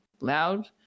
loud